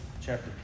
chapter